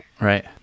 right